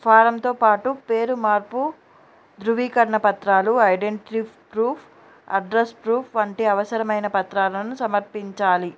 ఫారంతో పాటు పేరు మార్పు ధృవీకరణ పత్రాలు ఐడెంటిటీ ప్రూఫ్ అడ్రస్ ప్రూఫ్ వంటి అవసరమైన పత్రాలను సమర్పించాలి